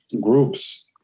groups